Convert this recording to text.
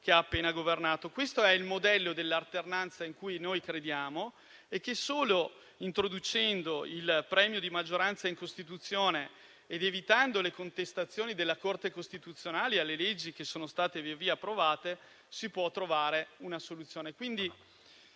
che ha appena governato. Questo è il modello dell'alternanza in cui noi crediamo e solo introducendo il premio di maggioranza in Costituzione ed evitando le contestazioni della Corte costituzionale alle leggi che sono state via via approvate si può trovare una soluzione.